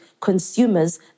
consumers